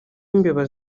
imbeba